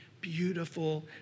beautiful